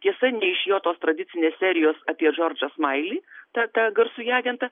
tiesa ne iš jo tos tradicinės serijos apie džordžą smailį tą tą garsųjį agentą